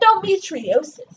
endometriosis